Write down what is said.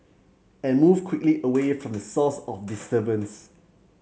and move quickly away from the source of disturbance